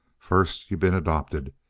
first, you been adopted,